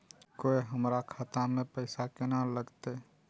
कोय हमरा खाता में पैसा केना लगते?